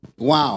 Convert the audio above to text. wow